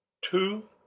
Two